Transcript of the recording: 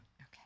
okay